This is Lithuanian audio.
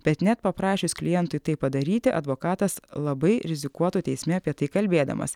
bet net paprašius klientui tai padaryti advokatas labai rizikuotų teisme apie tai kalbėdamas